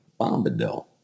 Bombadil